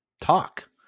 talk